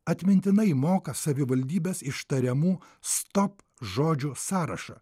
atmintinai moka savivaldybės ištariamų stop žodžių sąrašą